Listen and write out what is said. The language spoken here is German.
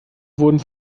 wurden